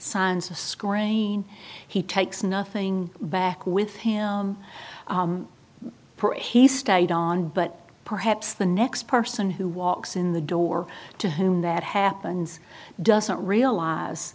signs a scoring he takes nothing back with him he stayed on but perhaps the next person who walks in the door to whom that happens doesn't realize